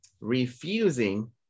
refusing